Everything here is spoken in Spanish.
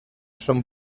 son